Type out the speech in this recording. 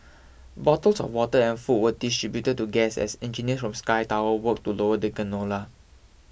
bottles of water and food were distributed to guests as engineers from Sky Tower worked to lower the gondola